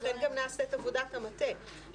לכן גם נעשית עבודת המטה,